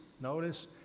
notice